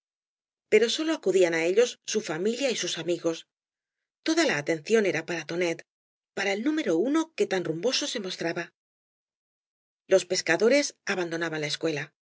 pero sólo acudían á ellos su familia y sus amigos toda la atención era para tonet para el número uno que tan rum boso se mostraba los pescadores abandonaban la escuela